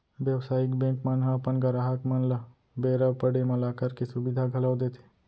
बेवसायिक बेंक मन ह अपन गराहक मन ल बेरा पड़े म लॉकर के सुबिधा घलौ देथे